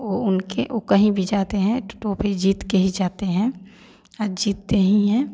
वो उनके वो कहीं भी जाते हैं तो ट्रॉफी जीत के ही जाते हैं और जीतते ही हैं